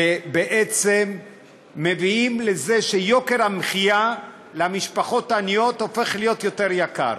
שבעצם מביאים לזה שיוקר המחיה למשפחות העניות הופך להיות יותר גבוה.